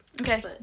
Okay